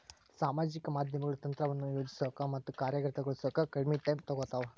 ಸಾಮಾಜಿಕ ಮಾಧ್ಯಮಗಳು ತಂತ್ರವನ್ನ ಯೋಜಿಸೋಕ ಮತ್ತ ಕಾರ್ಯಗತಗೊಳಿಸೋಕ ಕಡ್ಮಿ ಟೈಮ್ ತೊಗೊತಾವ